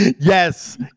Yes